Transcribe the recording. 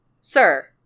Sir